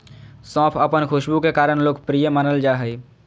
सौंफ अपन खुशबू के कारण लोकप्रिय मानल जा हइ